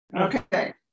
Okay